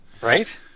right